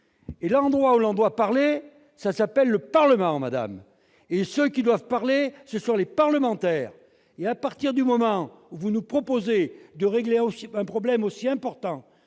L'endroit où l'on doit parler, c'est le Parlement, et ceux qui doivent parler, ce sont les parlementaires ! À partir du moment où vous nous proposez de régler un problème aussi important